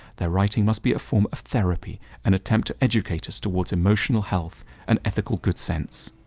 their writing must be a form of therapy, an attempt to educate us towards emotional health and ethical good sense.